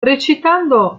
recitando